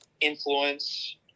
influence